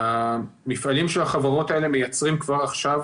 המפעלים של החברות האלה מייצרים כבר עכשיו